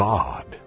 God